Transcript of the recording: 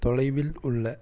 தொலைவில் உள்ள